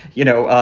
you know,